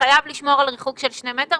שנכנס אליה חולה מאומת,